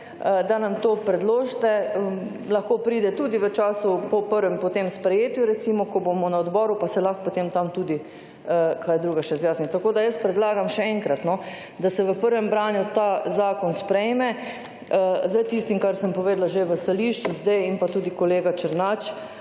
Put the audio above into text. da nam to predložite. Lahko pride tudi v času po prvem potem sprejetju recimo, ko bomo na odboru, pa se lahko potem tam tudi kaj drugega še izjasni. Tako, da jaz predlagam še enkrat, da se v prvem branju ta zakon sprejme s tistim, kar sem povedala že v stališču, zdaj in pa tudi kolega Černač,